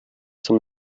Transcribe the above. zum